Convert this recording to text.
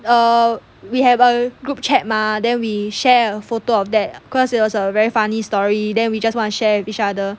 err we have a group chat mah then we share a photo of that cause it was a very funny story then we just want to share with each other